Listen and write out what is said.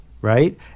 right